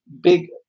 big